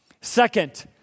Second